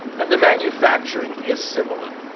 and the manufacturing is similar.